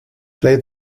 play